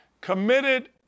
committed